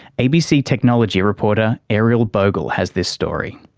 abc technology reporter ariel bogle has this story.